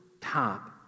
top